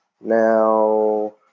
Now